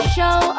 Show